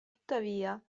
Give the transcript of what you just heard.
tuttavia